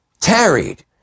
tarried